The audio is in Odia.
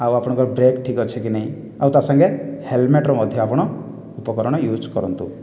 ଆଉ ଆପଣଙ୍କର ବ୍ରେକ୍ ଠିକ୍ ଅଛିକି ନାହିଁ ଆଉ ତା' ସାଙ୍ଗେ ହେଲମେଟ୍ର ମଧ୍ୟ ଆପଣ ଉପକରଣ ୟୁଜ୍ କରନ୍ତୁ